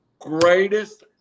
greatest